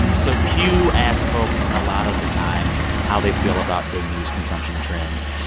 and so pew asks folks a lot of the time how they feel about their news consumption trends.